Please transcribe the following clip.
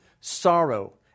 sorrow